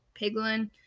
piglin